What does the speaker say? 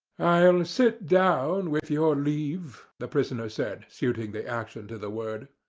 i'll sit down, with your leave, the prisoner said, suiting the action to the word.